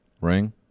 ring